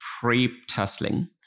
pre-tussling